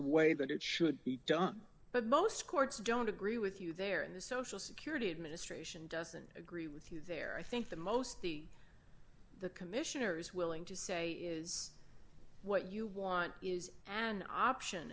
the way that it should be done but most courts don't agree with you there in the social security administration doesn't agree with you there i think the most the the commissioner's willing to say is what you want is an option